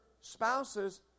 spouses